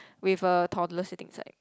with a toddler sitting inside